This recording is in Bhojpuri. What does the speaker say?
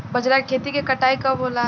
बजरा के खेती के कटाई कब होला?